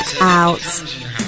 out